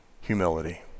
humility